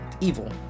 evil